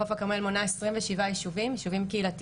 חוף הכרמל מונה 27 יישובים קהילתיים,